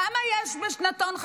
כמה חרדים יש בשנתון?